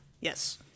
Yes